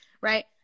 right